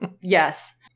Yes